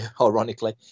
ironically